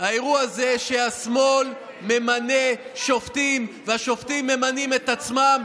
האירוע הזה שהשמאל ממנה שופטים והשופטים ממנים את עצמם,